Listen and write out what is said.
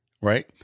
right